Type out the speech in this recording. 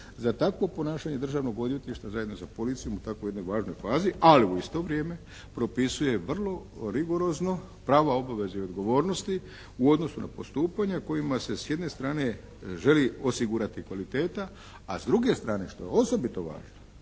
za takvo ponašanje Državnog odvjetništva zajedno sa policijom u tako jednoj važnoj fazi, ali u isto vrijeme propisuje vrlo rigorozno prava, obaveze i odgovornosti u odnosu na postupanja kojima se s jedne strane želi osigurati kvaliteta a s druge strane što je osobito važno